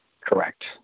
Correct